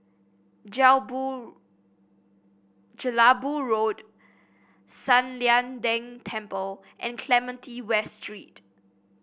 Jelebu Road San Lian Deng Temple and Clementi West Street